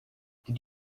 did